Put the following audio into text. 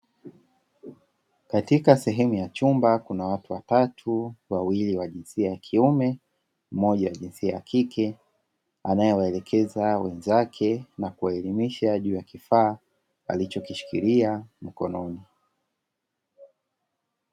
Katika sehemu ya chumba, kuna watu watatu, wawili wa jinsia ya kiume na mmoja wa jinsia ya kike, anayewaelekeza wenzake na kuwaelimisha juu ya kifaa alichokishikilia mkononi.